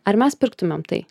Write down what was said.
ar mes pirktumėm tai